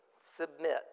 submit